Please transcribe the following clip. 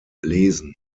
lesen